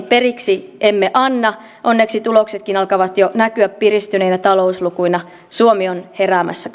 periksi emme anna onneksi tuloksetkin alkavat jo näkyä piristyneinä talouslukuina suomi on heräämässä